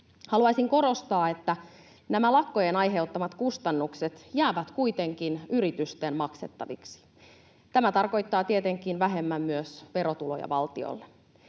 Haluaisin korostaa, että nämä lakkojen aiheuttamat kustannukset jäävät kuitenkin yritysten maksettaviksi. Tämä tarkoittaa tietenkin vähemmän myös verotuloja valtiolle.